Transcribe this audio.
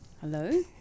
Hello